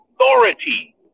authority